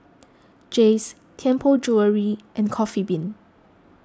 Jays Tianpo Jewellery and Coffee Bean